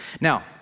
Now